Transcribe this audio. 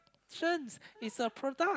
~ions it's a product